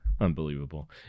Unbelievable